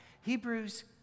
Hebrews